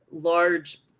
large